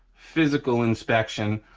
physical inspection,